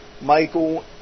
Michael